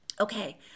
okay